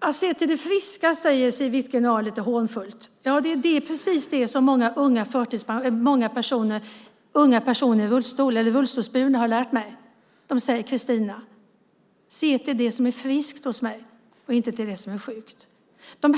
Det talas om att se till det friska, säger Siw Wittgren-Ahl lite hånfullt. Det är precis det som många unga rullstolsburna personer har lärt mig. De säger: Se till det som är friskt hos mig och inte det som är sjukt, Cristina.